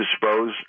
dispose